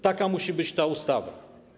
Taka musi być ta ustawa.